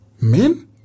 men